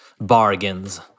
bargains